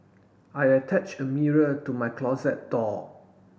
I attached a mirror to my closet door